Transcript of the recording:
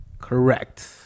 Correct